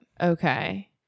Okay